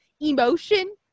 emotion